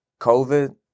COVID